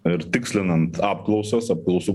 ir tikslinant apklausos apklausų